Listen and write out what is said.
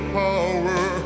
power